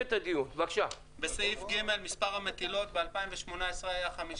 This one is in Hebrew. מספר המטילות ב-2018 היה 50,